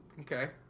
Okay